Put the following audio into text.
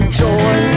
joy